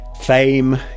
Fame